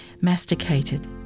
masticated